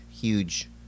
huge